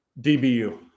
DBU